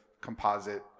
composite